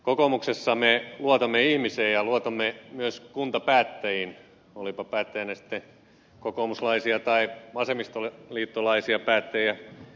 kokoomuksessa me luotamme ihmiseen ja luotamme myös kuntapäättäjiin olipa päättäjinä sitten kokoomuslaisia tai vasemmistoliittolaisia päättäjiä